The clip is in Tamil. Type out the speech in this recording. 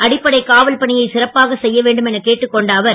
அடிப்படை காவல்பணியை சிறப்பாக செய்ய வேண்டும் என கேட்டுக் கொண்ட அவர்